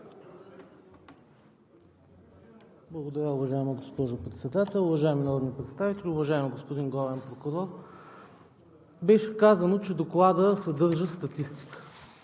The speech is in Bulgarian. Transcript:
Благодаря, уважаема госпожо Председател. Уважаеми народни представители, уважаеми господин Главен прокурор! Беше казано, че Докладът съдържа статистика.